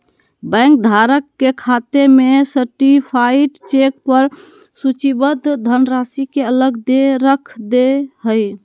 bank धारक के खाते में सर्टीफाइड चेक पर सूचीबद्ध धनराशि के अलग रख दे हइ